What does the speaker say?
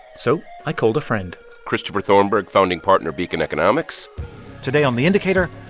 so i called a friend christopher thornberg, founding partner, beacon economics today on the indicator,